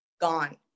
gone